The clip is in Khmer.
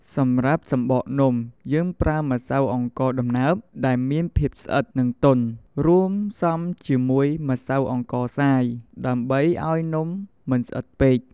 សម្រាប់ សំបកនំ យើងប្រើម្សៅអង្ករដំណើប ដែលមានភាពស្វិត និងទន់ រួមផ្សំជាមួយ ម្សៅអង្ករខ្សាយ ដើម្បីឲ្យនំមិនស្វិតពេក។